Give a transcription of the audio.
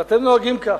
ואתם נוהגים כך.